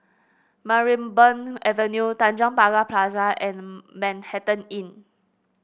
Sarimbun Avenue Tanjong Pagar Plaza and Manhattan Inn